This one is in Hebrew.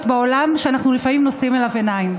בעולם שאנחנו לפעמים נושאים אליו עיניים.